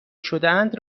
شدهاند